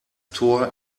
tor